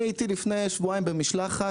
אני הייתי לפני שבועיים במשלחת,